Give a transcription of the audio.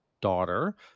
daughter